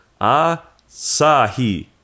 Asahi